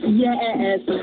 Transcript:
yes